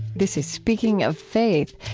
this is speaking of faith.